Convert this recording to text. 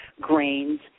grains